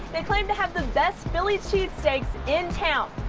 they claim to have the best phillies cheese steaks in town.